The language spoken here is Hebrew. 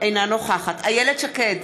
אינה נוכחת איילת שקד,